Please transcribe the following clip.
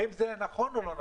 האם זה נכון או לא נכון?